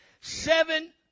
Seven